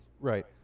Right